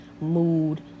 mood